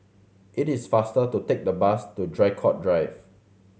it is faster to take the bus to Draycott Drive